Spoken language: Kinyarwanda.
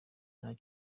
nta